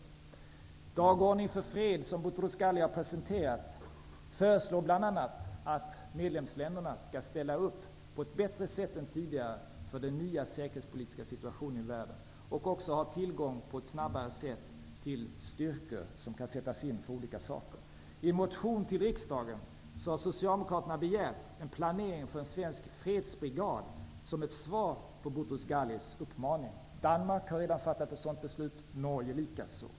I ''Dagordningen för fred'', som Boutros Ghali har presenterat, föreslås bl.a. att medlemsländerna skall ställa upp på ett bättre sätt än tidigare för den nya säkerhetspolitiska situationen i världen. De skall också på ett snabbare sätt ha tillgång till styrkor som kan sättas in för olika ändamål. I en motion till riksdagen har Socialdemokraterna begärt en planering för en svensk ''fredsbrigad'' som ett svar på Boutros Ghalis uppmaning. Danmark har redan fattat ett sådant beslut, och Norge likaså.